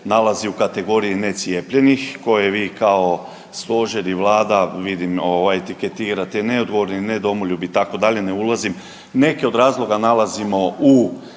nalazi u kategoriji ne cijepljenih koje vi kao stožer i vlada vidim etiketirate neodgovorni, ne domoljub itd., ne ulazim, neke od razloga nalazimo u